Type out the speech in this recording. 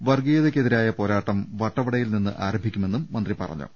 വർഗ്ഗീയതക്കെ തിരായ പോരാട്ടം വട്ടവടയിൽനിന്ന് ആരംഭിക്കുമെന്നും മന്ത്രി പറഞ്ഞു